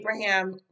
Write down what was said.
Abraham